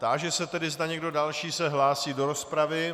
Táži se tedy, zda někdo další se hlásí do rozpravy.